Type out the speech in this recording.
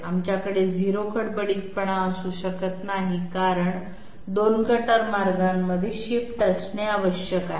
आमच्याकडे 0 खडबडीतपणा असू शकत नाही कारण 2 कटर मार्गांमध्ये शिफ्ट असणे आवश्यक आहे